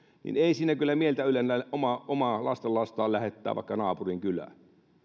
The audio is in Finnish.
niin ei se kyllä mieltä ylennä omaa omaa lastenlastaan lähettää vaikka naapuriin kylään